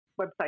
website